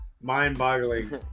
mind-boggling